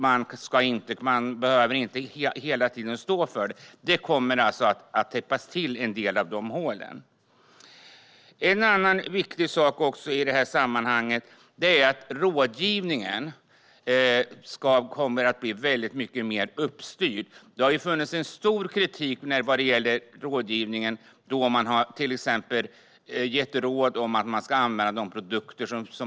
Man behöver inte hela tiden stå för allt. En del av dessa hål kommer alltså att täppas till. En annan viktig sak i detta sammanhang är att rådgivningen kommer att bli mycket mer uppstyrd. Det har funnits en stark kritik mot rådgivningen. Man har till exempel gett råd om att använda sina egna produkter.